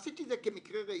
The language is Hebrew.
עשיתי את זה על מקרה ראי,